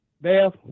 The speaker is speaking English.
Beth